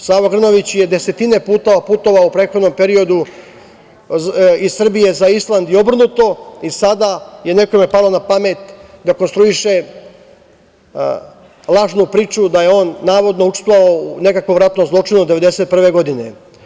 Savo Grnavić je desetine puta putovao u prethodnom periodu iz Srbije za Island i obrnuto i sada je nekome palo na pamet da konstruiše lažnu priču da je on navodno učestvovao u nekakvom ratnom zločinu 1991. godine.